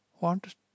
want